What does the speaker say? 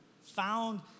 Found